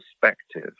perspective